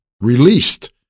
released